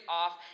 off